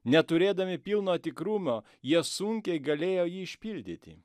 neturėdami pilno tikrumo jie sunkiai galėjo jį išpildyti